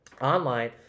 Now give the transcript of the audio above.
online